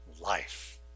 life